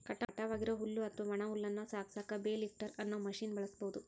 ಕಟಾವ್ ಆಗಿರೋ ಹುಲ್ಲು ಅತ್ವಾ ಒಣ ಹುಲ್ಲನ್ನ ಸಾಗಸಾಕ ಬೇಲ್ ಲಿಫ್ಟರ್ ಅನ್ನೋ ಮಷೇನ್ ಬಳಸ್ಬಹುದು